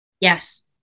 Yes